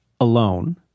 alone